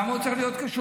למה הוא צריך להיות קשור?